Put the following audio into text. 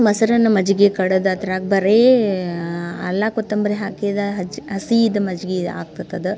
ಮೊಸ್ರನ್ನು ಮಜ್ಗೆ ಕಡ್ದು ಅದ್ರಾಗ ಬರೀ ಅಲ್ಲ ಕೊತ್ತಂಬರಿ ಹಾಕಿದ ಹಜ್ ಹಸಿ ಇದು ಮಜ್ಗೆ ಆಗ್ತದೆ ಅದು